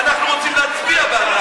אנחנו רוצים להצביע בעד החוק הזה.